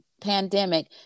pandemic